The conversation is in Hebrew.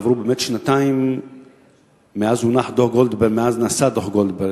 שעברו שנתיים מאז נעשה דוח-גולדברג.